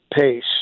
pace